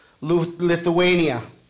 Lithuania